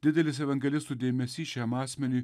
didelis evangelistų dėmesys šiam asmeniui